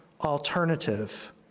alternative